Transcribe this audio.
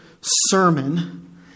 sermon